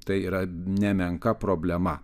tai yra nemenka problema